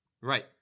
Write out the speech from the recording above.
Right